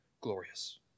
glorious